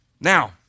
Now